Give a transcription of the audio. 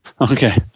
Okay